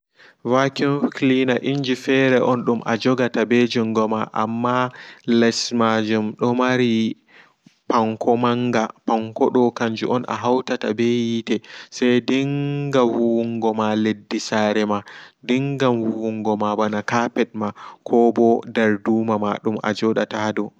Vacuum cleaner dum inji fere on dum ajogata ɓe jungoma amma less majum domari panko manga panko do kanju on ahutata ɓe hiite sai dinka huwungoma leddi saare ma dinka huwungo ma ɓana kapet ma koɓo darduma ma dum ajodata ha dou.